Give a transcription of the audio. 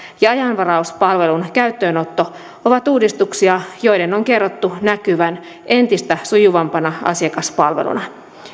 ja ajanvarauspalvelun käyttöönotto ovat uudistuksia joiden on kerrottu näkyvän entistä sujuvampana asiakaspalveluna